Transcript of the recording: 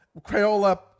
Crayola